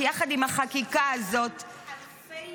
כי יחד עם החקיקה הזאת --- יש גם אלפי